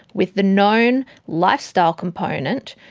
with the known lifestyle component,